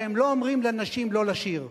והם לא אומרים לנשים לא לשיר.